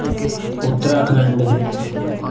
Uttarakhand